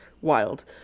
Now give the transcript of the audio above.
wild